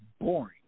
boring